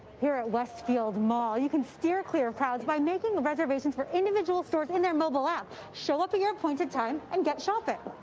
here at westfield mall you can steer clear of crowds by making reservations for individual stores in their mobile app. show up at your appointed time and get shopping.